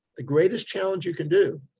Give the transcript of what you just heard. the greatest challenge you can do,